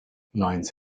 lions